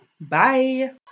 Bye